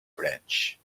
bench